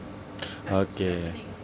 okay